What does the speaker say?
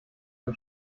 ein